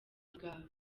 bwawe